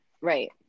Right